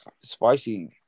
spicy